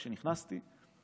כשנכנסתי,